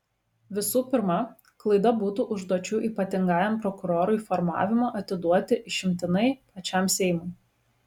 visų pirma klaida būtų užduočių ypatingajam prokurorui formavimą atiduoti išimtinai pačiam seimui